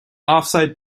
offside